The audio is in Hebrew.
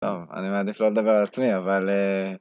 אני מעדיף לא לדבר על עצמי אבל.